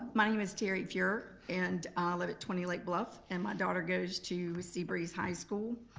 ah my name is terry furrer and i live at twenty lake bluff and my daughter goes to seabreeze high school.